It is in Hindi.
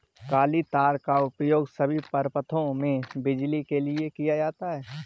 काली तार का उपयोग सभी परिपथों में बिजली के लिए किया जाता है